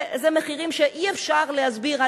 זה מחירים שאי-אפשר להסביר.